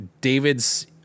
David's